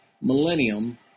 millennium